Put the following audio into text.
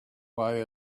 way